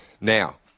Now